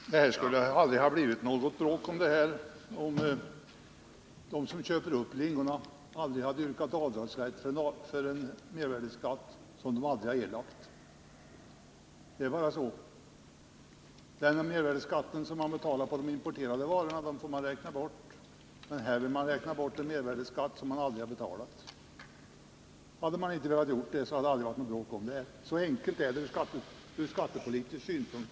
Herr talman! Det skulle aldrig ha blivit något bråk om detta om de som köper upp lingonen inte yrkat avdrag för en mervärdeskatt som de aldrig erlagt — det är bara så. Den mervärdeskatt som man betalar för importerade varor får man räkna bort. Men här vill man räkna bort en mervärdeskatt som man aldrig betalat. Hade man inte velat göra detta hade det troligen aldrig blivit något bråk. Så enkelt är det, ur skattepolitisk synpunkt.